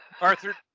Arthur